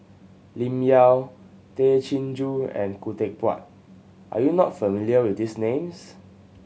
Lim Yau Tay Chin Joo and Khoo Teck Puat are you not familiar with these names